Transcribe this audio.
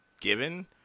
given